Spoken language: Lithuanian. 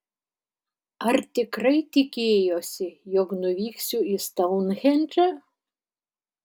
ar tikrai tikėjosi jog nuvyksiu į stounhendžą